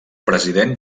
president